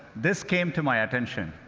this came to my attention.